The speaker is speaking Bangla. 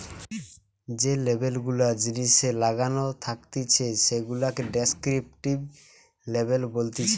যে লেবেল গুলা জিনিসে লাগানো থাকতিছে সেগুলাকে ডেস্ক্রিপটিভ লেবেল বলতিছে